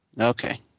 Okay